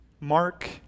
Mark